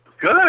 Good